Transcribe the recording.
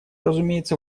разумеется